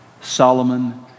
Solomon